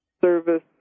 service